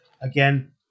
Again